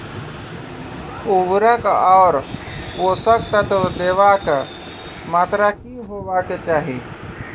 उर्वरक आर पोसक तत्व देवाक मात्राकी हेवाक चाही?